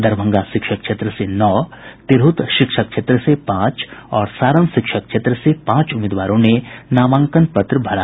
दरभंगा शिक्षक क्षेत्र से नौ तिरहुत शिक्षक क्षेत्र से पांच और सारण शिक्षक क्षेत्र से पांच उम्मीदवारों ने नामांकन पत्र भरा